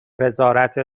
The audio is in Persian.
وزارت